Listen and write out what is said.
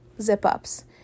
zip-ups